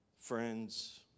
friends